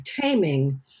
taming